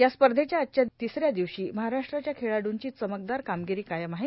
या स्पर्धेच्या आजच्या तिसऱ्या दिवशी महाराष्ट्राच्या खेळाडूंची चमकदार कामगिरी कायम आहे